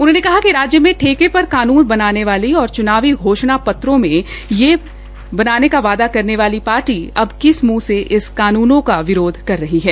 उन्होंने कहा कि राज्य में ठेके पर कानून बनाने वाली और चूनावी घोषणा पत्रों में यह बनाने का वादा करने वाली पार्टी अब किस मूंह से इस कानूनों का विरोध कर रही है